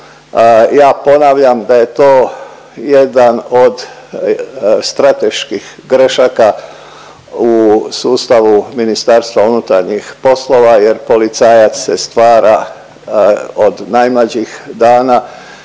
Ja ponavljam da je to jedan od strateških grešaka u sustavu MUP-a jer policajac se stvara od najmlađih dana.